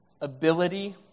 ability